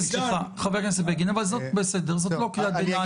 חבר הכנסת בגין, זאת לא קריאת ביניים.